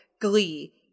Glee